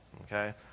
okay